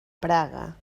praga